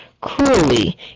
cruelly